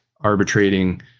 arbitrating